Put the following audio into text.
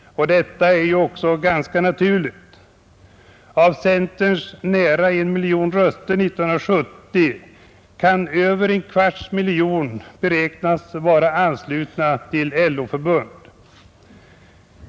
Detta är ju också ganska naturligt. Av centerns nära 1 miljon röster 1970 kan över en kvarts miljon beräknas vara anslutna till LO-förbund.